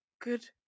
good